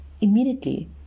immediately